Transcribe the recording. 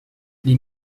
les